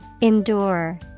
ENDURE